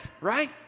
right